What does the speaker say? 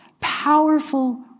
powerful